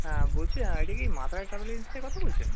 হ্যাঁ বলছি হ্যাঁ এটা কি মা তারা ট্রাভেল এজেন্সি থেকে কথা বলছেন